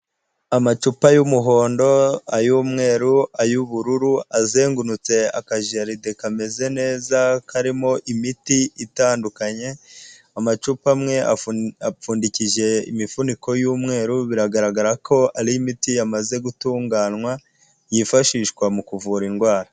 Amacupa y'umuhondo, ay'umweru, ay'ubururu azengurutse aka jardin kameze neza karimo imiti itandukanye. Amacupa amwe apfundikije imifuniko y'umweru, biragaragara ko ari imiti yamaze gutunganywa yifashishwa mu kuvura indwara.